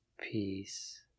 peace